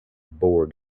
borg